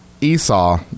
Esau